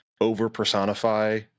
over-personify